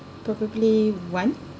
probably one